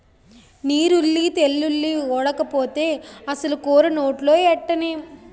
నీరుల్లి తెల్లుల్లి ఓడకపోతే అసలు కూర నోట్లో ఎట్టనేం